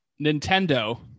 Nintendo